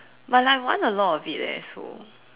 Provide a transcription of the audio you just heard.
but like I want a lot of it leh so